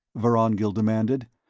vorongil demanded,